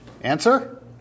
Answer